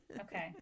okay